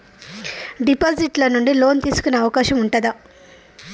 Deposit ల నుండి loan తీసుకునే అవకాశం ఉంటదా?